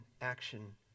action